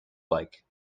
like